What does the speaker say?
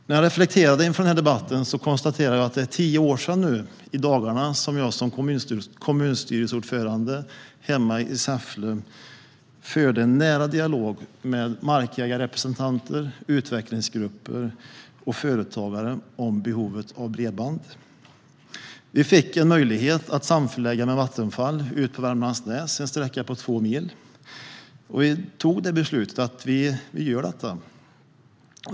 När jag reflekterade inför debatten konstaterade jag att det i dagarna är tio år sedan jag som kommunstyrelseordförande hemma i Säffle förde en nära dialog med markägarrepresentanter, utvecklingsgrupper och företagare om behovet av bredband. Vi fick möjlighet att med Vattenfall samförlägga en sträcka på två mil ute på Värmlandsnäs. Vi fattade beslutet att göra detta.